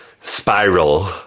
spiral